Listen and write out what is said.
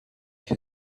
who